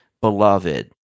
beloved